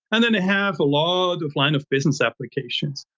and then it have a lot of line of business applications.